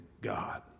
God